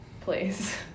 Please